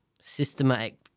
systematic